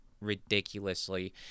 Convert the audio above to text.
ridiculously